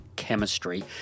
chemistry